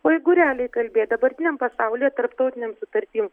o jeigu realiai kalbėt dabartiniam pasaulyje tarptautinėm sutartim